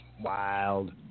Wild